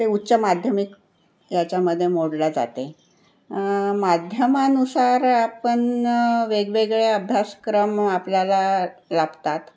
ते उच्च माध्यमिक याच्यामध्ये मोडले जाते माध्यमानुसार आपण वेगवेगळे अभ्यासक्रम आपल्याला लाभतात